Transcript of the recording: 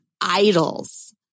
idols